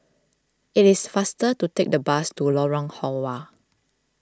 it is faster to take the bus to Lorong Halwa